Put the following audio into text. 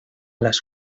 las